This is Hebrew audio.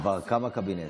כבר קם, כבר קם הקבינט.